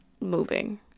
moving